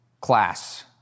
class